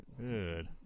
Good